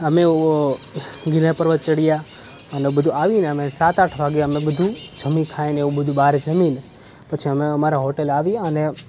અમે એવો ગિરનાર પર્વત ચઢ્યા અને બધું આવીને અમે સાત આઠ વાગે અમે બધું જમી ખાઈને એવું બધું બાર જમીને પછી અમે અમારા હોટલે આવ્યા અને